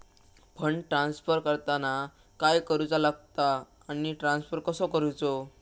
Fund transfer करताना काय करुचा लगता आनी ट्रान्स्फर कसो करूचो?